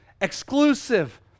exclusive